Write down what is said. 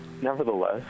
Nevertheless